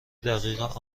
دقیق